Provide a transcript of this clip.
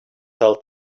sell